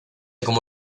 como